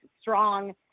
strong